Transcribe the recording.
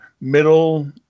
middle